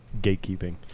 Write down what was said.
gatekeeping